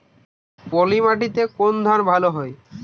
পলিমাটিতে কোন ধান ভালো হয়?